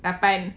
lapan